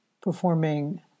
performing